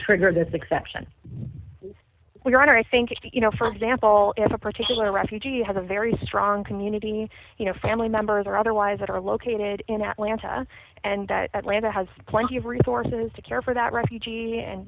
trigger this exception is your honor i think if you know for example if a particular refugee has a very strong community you know family members or otherwise that are located in atlanta and that atlanta has plenty of resources to care for that refugee and